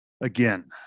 Again